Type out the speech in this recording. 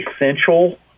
essential